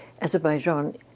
Azerbaijan